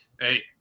Hey